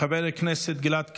חבר הכנסת גלעד קריב,